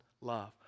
love